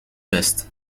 best